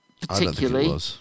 particularly